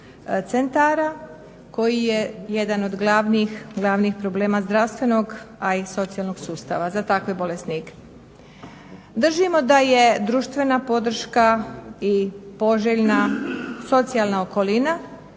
centara koji je jedan od glavnih problema zdravstvenog, a i socijalnog sustava za takve bolesnike. Držimo da je društvena podrška i poželjna socijalna okolina.